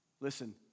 listen